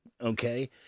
okay